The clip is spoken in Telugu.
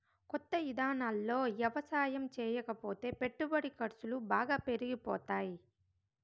కొత్త ఇదానాల్లో యవసాయం చేయకపోతే పెట్టుబడి ఖర్సులు బాగా పెరిగిపోతాయ్